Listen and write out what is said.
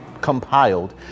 compiled